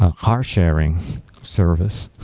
ah car sharing service.